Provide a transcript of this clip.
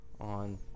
on